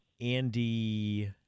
Andy